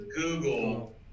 Google